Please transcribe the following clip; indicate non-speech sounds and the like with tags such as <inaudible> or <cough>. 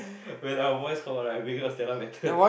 <breath> when our voice come out right Megan or Stella better <laughs>